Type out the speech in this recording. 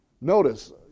Notice